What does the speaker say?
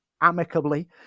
amicably